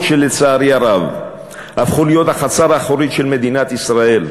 שלצערי הרב הפכו להיות החצר האחורית של מדינת ישראל.